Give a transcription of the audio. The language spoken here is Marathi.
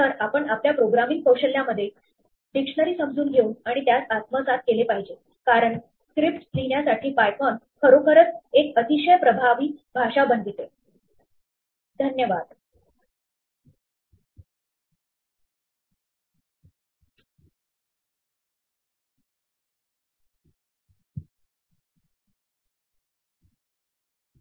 तर आपण आपल्या प्रोग्रामिंग कौशल्यांमध्ये डिक्शनरी समजून घेऊन आणि त्यास आत्मसात केले पाहिजे कारण स्क्रिप्ट्स लिहिण्यासाठी पायथोन खरोखरच एक अतिशय प्रभावी भाषा बनविते